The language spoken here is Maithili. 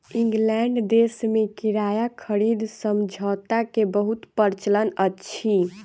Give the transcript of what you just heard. इंग्लैंड देश में किराया खरीद समझौता के बहुत प्रचलन अछि